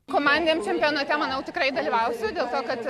komandiniam čempionate manau tikrai dalyvausiu dėl to kad